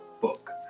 book